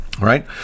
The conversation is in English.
Right